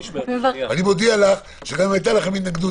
אני מודיע לך שגם אם הייתה לכם התנגדות,